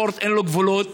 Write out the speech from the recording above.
הספורט, אין לו גבולות